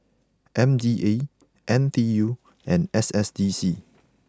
M D A N T U and S S D C